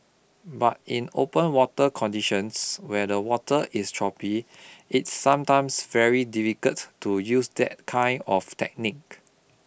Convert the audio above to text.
but in open water conditions where the water is choppy it's sometimes very difficult to use that kind of technique